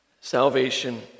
Salvation